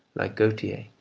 like gautier,